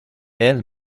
elle